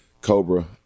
Cobra